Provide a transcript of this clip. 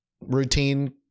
routine